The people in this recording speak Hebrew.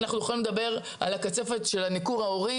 אנחנו יכולים לדבר על הקצפת של הניכור ההורי